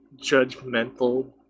Judgmental